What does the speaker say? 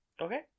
Okay